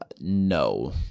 No